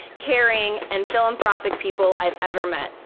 caring and philanthropic people i have ever met.